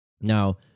Now